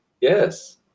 Yes